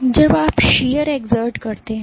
तो जब आप शीयर exert करते हैं